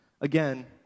again